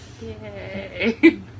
Yay